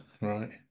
right